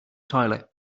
toilet